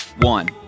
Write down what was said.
One